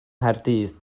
nghaerdydd